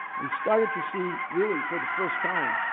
we started to see, really for the first time,